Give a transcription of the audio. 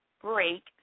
break